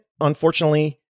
unfortunately